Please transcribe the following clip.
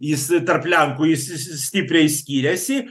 jis tarp lenkų jis jis jis stipriai skiriasi